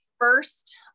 first